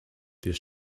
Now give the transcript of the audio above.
this